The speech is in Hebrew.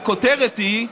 הכותרת היא: